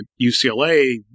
ucla